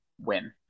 Win